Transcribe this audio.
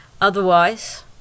otherwise